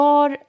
Var